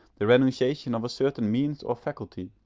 the renunciation of a certain means or faculty,